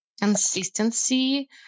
consistency